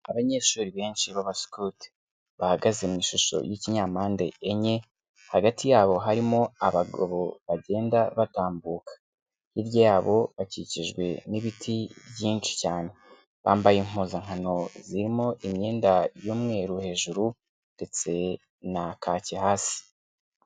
Abanyeshuri benshi b'abasikuti bahagaze mu ishusho y'ikinyampande enye, hagati yabo harimo abagabo bagenda batambuka. Hirya yabo bakikijwe n'ibiti byinshi cyane. Bambaye impuzankano zirimo imyenda y'umweru hejuru ndetse na kake hasi.